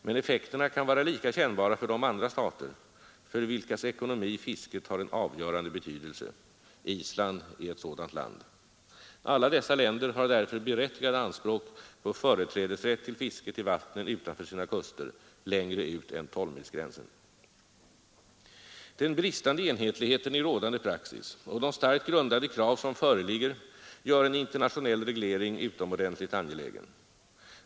Men effekterna kan vara lika kännbara för de andra stater, för vilkas ekonomi fisket har en avgörande betydelse. Island är ett sådant land. Alla dessa länder har därför berättigade anspråk på företrädesrätt till fisket i vattnen utanför sina kuster, längre ut än 12-milsgränsen. Den bristande enhetligheten i rådande praxis och de starkt grundade krav som föreligger gör en internationell reglering utomordentligt angelägen.